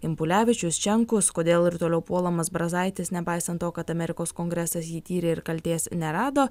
impulevičius čenkus kodėl ir toliau puolamas brazaitis nepaisant to kad amerikos kongresas jį tyrė ir kaltės nerado